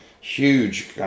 huge